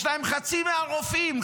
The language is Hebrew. יש להם חצי מהרופאים,